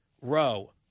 row